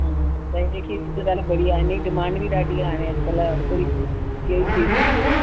हूं पहिरीं खीर ॾिसदा त बढ़िया आहे नी हिन जी डिमांड बि ॾाढी आहे हाणे अॼकल्ह हर कोई इहेई खीर थो घुरे